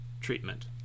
treatment